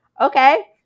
okay